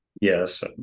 Yes